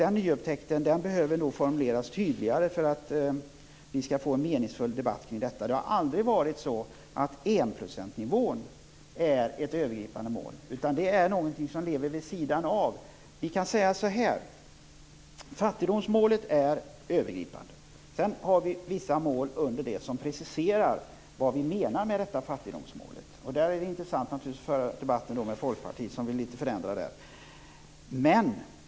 Den nyupptäckten behöver nog formuleras tydligare för att vi skall få en meningsfull debatt kring detta. Enprocentsnivån har aldrig varit ett övergripande mål, utan det är något som lever vid sidan av. Vi kan säga på följande sätt. Fattigdomsmålet är det övergripande målet. Sedan har vi vissa mål under det som preciserar vad vi menar med detta fattigdomsmål. Det är då intressant att föra debatten med Folkpartiet som vill förändra detta litet grand.